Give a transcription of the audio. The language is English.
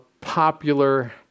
popular